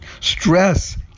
Stress